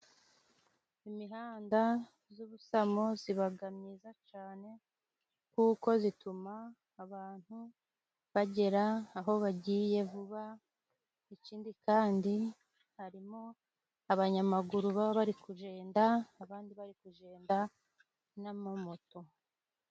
Imihanda z'ubusamo zibagamyiza cane kuko zituma abantu bagera aho bagiye vuba ikindi kandi harimo abanyamaguru baba bari kujenda abandi bari kujenda n'amamoto.